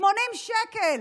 80 שקל.